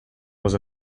was